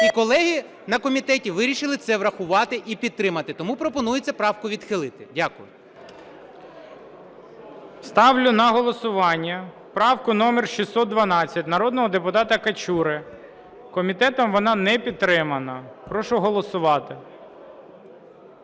і колеги на комітеті вирішили це врахувати і підтримати. Тому пропонується правку відхилити. Дякую. ГОЛОВУЮЧИЙ. Ставлю на голосування правку 612 народного депутата Качури. Комітетом вона не підтримана. Прошу голосувати.